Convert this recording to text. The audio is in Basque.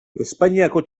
espainiako